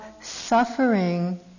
suffering